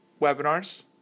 webinars